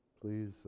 Please